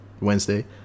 Wednesday